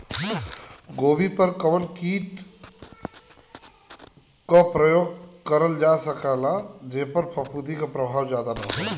गोभी पर कवन कीट क प्रयोग करल जा सकेला जेपर फूंफद प्रभाव ज्यादा हो?